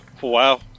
Wow